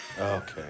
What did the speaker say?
Okay